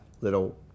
little